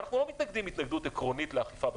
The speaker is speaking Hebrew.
אנחנו לא מתנגדים התנגדות עקרונית לאכיפה בשווקים.